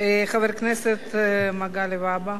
לסעיף הבא.